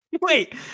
Wait